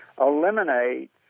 eliminate